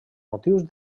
motius